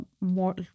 more